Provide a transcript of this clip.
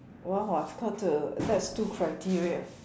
what what's called the that's two criteria